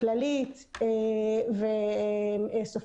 כללית וסופית.